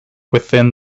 within